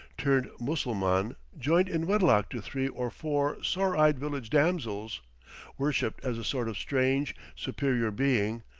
turned mussulman, joined in wedlock to three or four sore-eyed village damsels worshipped as a sort of strange, superior being,